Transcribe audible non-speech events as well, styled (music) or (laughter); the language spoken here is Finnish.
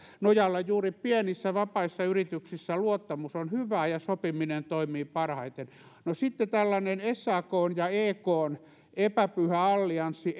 nojalla juuri pienissä vapaissa yrityksissä luottamus on hyvää ja sopiminen toimii parhaiten no sitten tällainen sakn ja ekn epäpyhä allianssi (unintelligible)